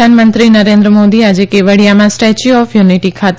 પ્રધાનમંત્રી નરેન્દ્ર મોદી આજે કેવડીયામાં સ્ટેચ્યુ ઓફ યુનિટી ખાતે